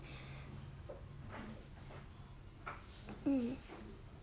hmm